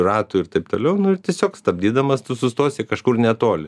ratų ir taip toliau nu ir tiesiog stabdydamas tu sustosi kažkur netoli